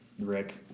Rick